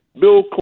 Bill